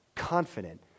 confident